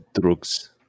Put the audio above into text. drugs